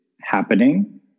happening